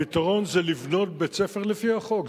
הפתרון זה לבנות בית-ספר לפי החוק.